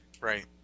right